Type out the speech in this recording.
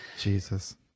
Jesus